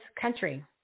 country